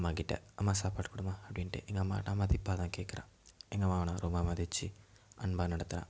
அம்மா கிட்ட அம்மா சாப்பாடு கொடும்மா அப்படின்டு எங்கள் அம்மா கிட்ட மதிப்பாக தான் கேட்குறேன் எங்கள் அம்மாவை நான் ரொம்ப மதித்து அன்பாக நடத்துகிறேன்